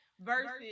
versus